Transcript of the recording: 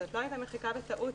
זו לא הייתה מחיקה בטעות.